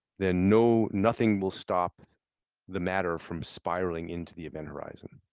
then you know nothing will stop the matter from spiraling into the event horizon.